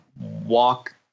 walk